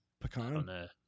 Pecan